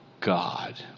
God